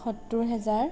সত্তৰহেজাৰ